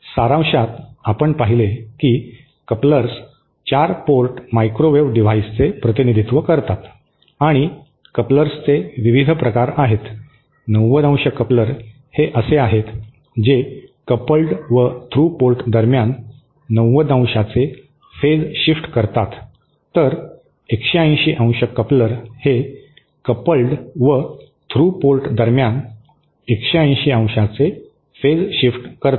तर सारांशात आपण पाहिले की कपलर्स 4 पोर्ट मायक्रोवेव्ह डिव्हाइसचे प्रतिनिधित्व करतात आणि कपलर्सचे विविध प्रकार आहेत 90° कपलर हे असे आहेत जे कपल्ड व थ्रू पोर्टदरम्यान 90° चे फेज शिफ्ट करतात तर 180° कपलर हे कपल्ड व थ्रू पोर्टदरम्यान 180° चे फेज शिफ्ट करतात